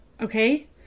Okay